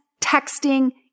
texting